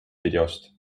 videost